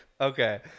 Okay